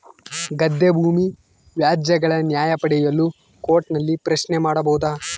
ಗದ್ದೆ ಭೂಮಿ ವ್ಯಾಜ್ಯಗಳ ನ್ಯಾಯ ಪಡೆಯಲು ಕೋರ್ಟ್ ನಲ್ಲಿ ಪ್ರಶ್ನೆ ಮಾಡಬಹುದಾ?